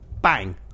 Bang